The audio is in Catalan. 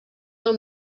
del